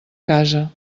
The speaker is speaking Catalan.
casa